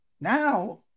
Now